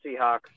Seahawks